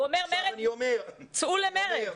הוא אומר, צאו למרד.